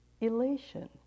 Elation